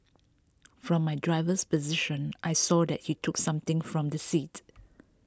from my driver's position I saw that he took something from the seat